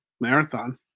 marathon